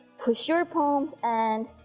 push your palms and